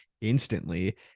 instantly